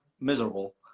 miserable